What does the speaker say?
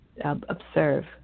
observe